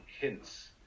hints